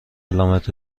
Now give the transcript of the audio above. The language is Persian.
علامت